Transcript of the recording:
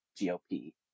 gop